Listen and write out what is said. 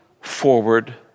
forward